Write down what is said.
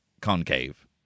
concave